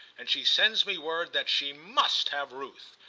and she sends me word that she must have ruth.